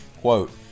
quote